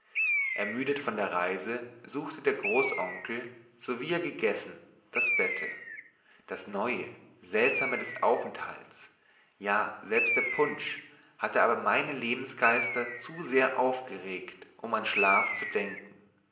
ermüdet von der reise suchte der großonkel sowie er gegessen das bette das neue seltsame des aufenthalts ja selbst der punsch hatte aber meine lebensgeister zu sehr aufgeregt um an schlaf zu denken